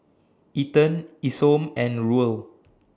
Ethan Isom and Ruel